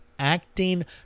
acting